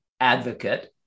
advocate